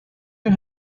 you